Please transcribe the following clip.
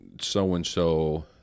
so-and-so